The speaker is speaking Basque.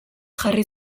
jarri